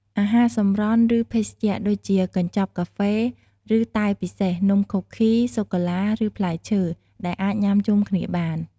អាហារសម្រន់ ឬភេសជ្ជ ដូចជា កញ្ចប់កាហ្វេ ឬតែពិសេស នំខូគី សូកូឡា ឬ ផ្លែឈើ ដែលអាចញ៉ាំជុំគ្នាបាន។